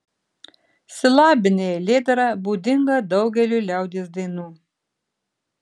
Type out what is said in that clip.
silabinė eilėdara būdinga daugeliui liaudies dainų